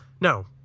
No